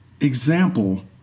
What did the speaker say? example